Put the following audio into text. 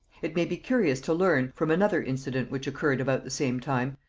it may be curious to learn, from another incident which occurred about the same time,